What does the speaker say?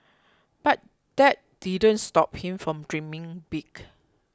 but that didn't stop him from dreaming big